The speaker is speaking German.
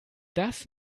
das